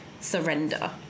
surrender